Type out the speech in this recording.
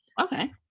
Okay